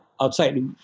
outside